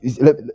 let